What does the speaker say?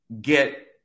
get